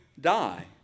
die